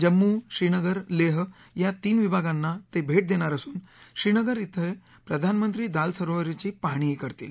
जम्मू श्रीनगर लेह या तीन विभागांना ते भेट देणार असून श्रीनगर धिं प्रधानमंत्री दाल सरोवराची पाहणीही करतील